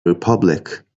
republic